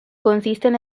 consisten